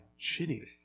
shitty